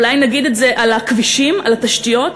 אולי נגיד את זה על הכבישים, על התשתיות?